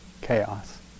chaos